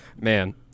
Man